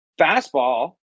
fastball